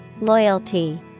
Loyalty